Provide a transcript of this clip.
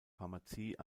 pharmazie